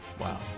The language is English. Wow